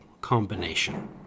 combination